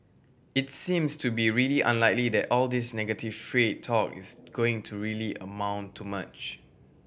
it's seems to be really unlikely that all this negative trade talk is going to really amount to much